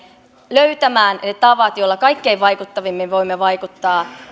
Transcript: löytämään ne tavat joilla kaikkein vaikuttavimmin voimme vaikuttaa